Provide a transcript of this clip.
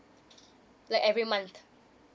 like every month